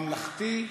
ממלכתי,